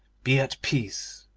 be at peace,